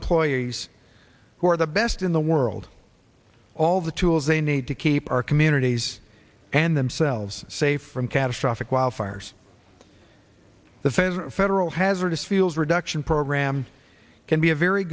employees who are the best in the world all the tools they need to keep our communities and themselves safe from catastrophic wildfires that says federal hazardous feels reduction program can be a very